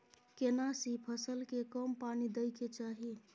केना सी फसल के कम पानी दैय के चाही?